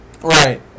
Right